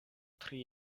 tri